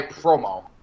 promo